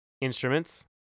instruments